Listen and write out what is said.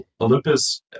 Olympus